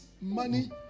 money